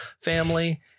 family